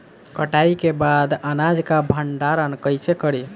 कटाई के बाद अनाज का भंडारण कईसे करीं?